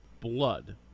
Blood